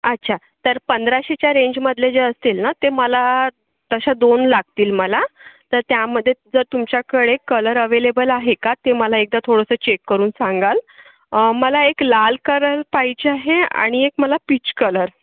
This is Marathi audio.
अच्छा तर पंधराशेच्या रेंजमधले जे असतील ना ते मला तशा दोन लागतील मला तर त्यामध्ये जर तुमच्याकडे कलर अवेलेबल आहे का ते मला एकदा थोडंसं चेक करून सांगाल मला एक लाल करल पाहिजे आहे आणि एक मला पीच कलर